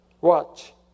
Watch